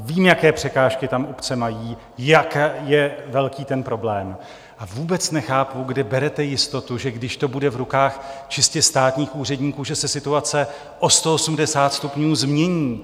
Vím, jaké překážky tam obce mají, jak je velký ten problém, a vůbec nechápu, kde berete jistotu, že když to bude v rukách čistě státních úředníků, že se situace o 180 stupňů změní.